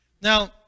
Now